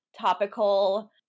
topical